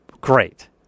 great